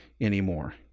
anymore